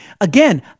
Again